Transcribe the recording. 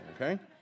okay